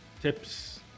tips